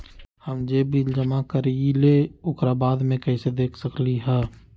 हम जे बिल जमा करईले ओकरा बाद में कैसे देख सकलि ह?